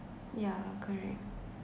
yeah correct